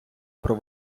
про